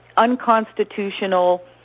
unconstitutional